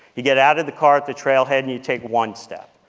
you get out of the car at the trailhead, and you take one step,